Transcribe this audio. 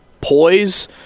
Poise